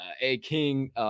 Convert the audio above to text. A-King